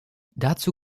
dazu